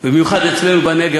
במיוחד אצלנו בנגב,